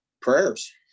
prayers